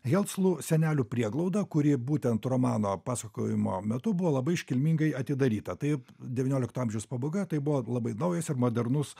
helclų senelių prieglauda kuri būtent romano pasakojimo metu buvo labai iškilmingai atidaryta tai devyniolikto amžiaus pabaiga tai buvo labai naujas ir modernus